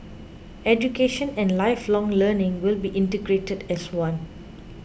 education and lifelong learning will be integrated as one